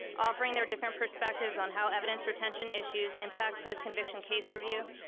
offering their different perspectives on how evidence retention issues impact post conviction case review,